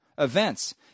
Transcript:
events